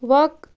وق